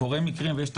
קורים מקרים ויש טעויות,